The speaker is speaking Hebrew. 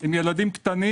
הם ילדים קטנים.